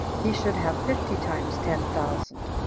he should have fifty times ten thousand.